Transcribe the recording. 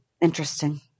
Interesting